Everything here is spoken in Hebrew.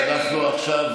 אדוני היושב-ראש,